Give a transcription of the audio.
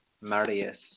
Marius